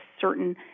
certain